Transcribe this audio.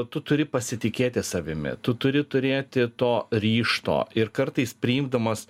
tu turi pasitikėti savimi tu turi turėti to ryžto ir kartais priimdamas